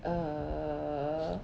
err